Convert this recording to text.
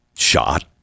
shot